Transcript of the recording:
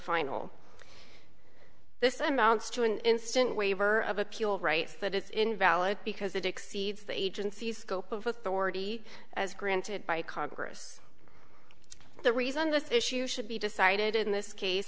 final this amounts to an instant waiver of appeal rights that is invalid because it exceeds the agency's scope of authority as granted by congress the reason this issue should be decided in this case